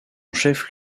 chef